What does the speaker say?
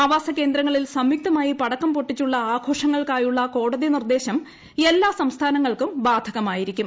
ആവാസ കേന്ദ്രങ്ങളിൽ സംയുക്തമായി പടക്കം പൊട്ടിച്ചുള്ള ആഘോഷങ്ങൾക്കായുള്ള കോടതി നിർദ്ദേശം എല്ലാ സംസ്ഥാനങ്ങൾക്കും ബ്രാധകമായിരിക്കും